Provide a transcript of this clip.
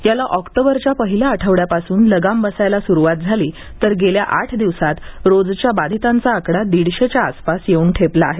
याला ऑक्टोबरच्या पहिल्या आठवड्यापासून लगाम बसायला सुरुवात झाली तर गेल्या आठ दिवसात रोजच्या बाधितांचा आकडा दीडशेच्या आसपास येऊन ठेपला आहे